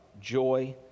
joy